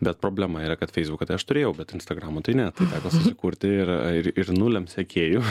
bet problema yra kad feisbuką tai aš turėjau bet instagramo tai ne tai teko susikurti ir ir ir nuliams sekėjų